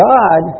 God